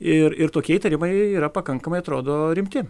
ir ir tokie įtarimai yra pakankamai atrodo rimti